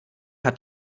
hat